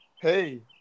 Hey